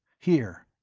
here.